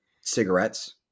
cigarettes